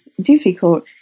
difficult